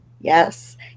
Yes